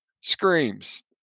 screams